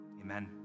Amen